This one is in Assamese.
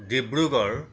ডিব্ৰুগড়